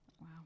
Wow